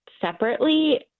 separately